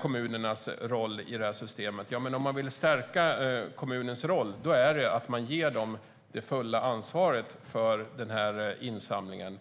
kommunernas roll i systemet. Men om man vill stärka kommunernas roll ska man väl ge dem det fulla ansvaret för insamlingen.